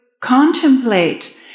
contemplate